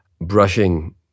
brushing